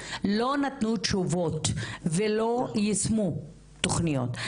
לא נתנו תשובות ולא יישמו תוכניות.